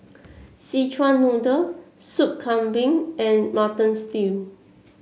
Szechuan Noodle Soup Kambing and Mutton Stew